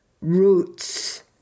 roots